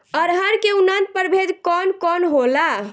अरहर के उन्नत प्रभेद कौन कौनहोला?